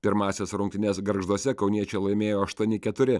pirmąsias rungtynes gargžduose kauniečiai laimėjo aštuoni keturi